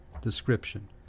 description